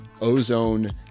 ozone